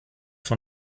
von